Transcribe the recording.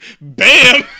Bam